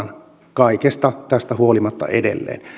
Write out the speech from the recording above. kaikesta tästä huolimatta edelleen